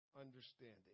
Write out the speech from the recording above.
understanding